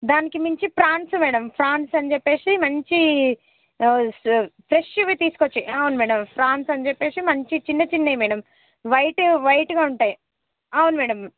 దానికి మించి prawns madam prawns అని చెప్పేసి మంచి ఫ్రెష్వి తీసుకొచ్చి అవును మేడం ఫ్రాన్స్ అని చెప్పేసి మంచి చిన్నచిన్నవి మేడం వైట్ వైట్గా ఉంటాయి అవును మేడం